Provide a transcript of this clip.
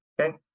Okay